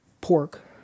pork